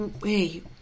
wait